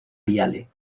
viale